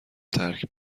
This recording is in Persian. ترک